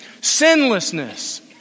Sinlessness